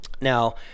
now